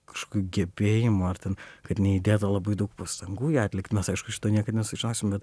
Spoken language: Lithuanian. kažkokių gebėjimų ar ten kad neįdėta labai daug pastangų ją atlikt mes aišku šito niekad nesužinosim